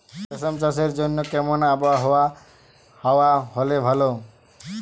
রেশম চাষের জন্য কেমন আবহাওয়া হাওয়া হলে ভালো?